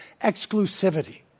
exclusivity